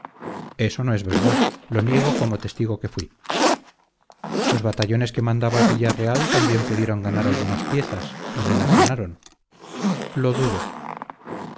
eso no es verdad lo niego como testigo que fui los batallones que mandaba villarreal también pudieron ganar algunas piezas y no las ganaron lo dudo